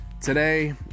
today